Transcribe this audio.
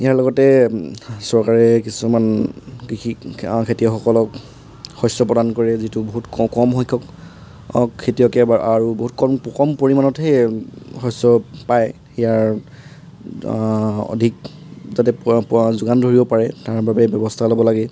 ইয়াৰ লগতে চৰকাৰে কিছুমান কৃষি খেতিয়কসকলক শষ্য প্ৰদান কৰে যিটো বহুত ক কম সংখ্যক খেতিয়কে আৰু বহুত কম কম পৰিমাণতহে শষ্য পায় ইয়াৰ অধিক যাতে পোৱা পোৱা যোগান ধৰিব পাৰে তাৰ বাবে ব্যৱস্থা ল'ব লাগে